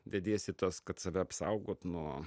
dediesi tas kad save apsaugot nuo